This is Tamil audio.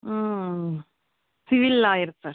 ம் சிவில் லாயரு சார்